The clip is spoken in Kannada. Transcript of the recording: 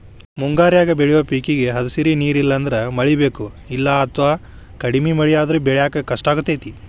ಮುಂಗಾರ್ಯಾಗ ಬೆಳಿಯೋ ಪೇಕೇಗೆ ಹದಸಿರಿ ನೇರ ಇಲ್ಲಂದ್ರ ಮಳಿ ಬೇಕು, ಹೆಚ್ಚ ಅಥವಾ ಕಡಿಮೆ ಮಳೆಯಾದ್ರೂ ಬೆಳ್ಯಾಕ ಕಷ್ಟಾಗ್ತೇತಿ